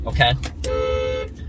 okay